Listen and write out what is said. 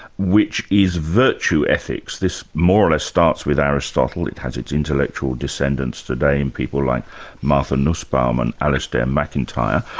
which is virtue ethics. this more or less starts with aristotle, it has its intellectual descendents today in people like martha nussbaum and alistair macintyre.